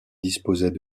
disposaient